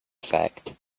fact